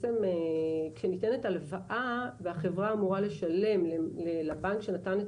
כשניתנת הלוואה והחברה אמורה לשלם ריבית לבנק שנתן את